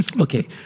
Okay